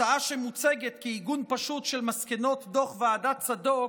הצעה שמוצגת כעיגון פשוט של מסקנות דוח ועדת צדוק,